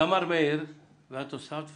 אמר מאיר כהן ואת הוספת וחידדת.